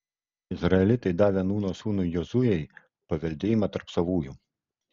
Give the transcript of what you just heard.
izraelitai davė nūno sūnui jozuei paveldėjimą tarp savųjų